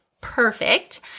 perfect